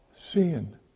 sin